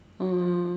uh